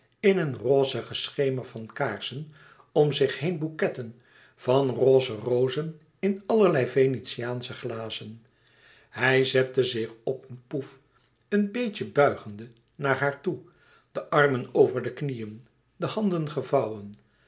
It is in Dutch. in een rozigen schemer van kaarsen om zich heen bouquetten van roze rozen in allerlei venetiaansche glazen hij zette zich op een pouffe een beetje buigende naar haar toe de armen over de knieën de handen gevouwen